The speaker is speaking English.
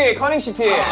ah kerning city.